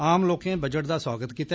आम लोकें बजट दा सुआगत कीता